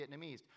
Vietnamese